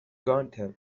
گانتر